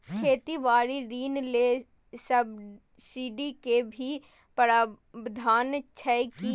खेती बारी ऋण ले सब्सिडी के भी प्रावधान छै कि?